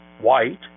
white